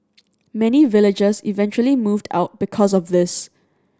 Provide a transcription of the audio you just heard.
many villagers eventually moved out because of this